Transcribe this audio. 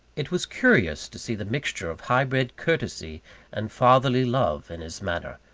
it was curious to see the mixture of high-bred courtesy and fatherly love in his manner,